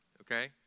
okay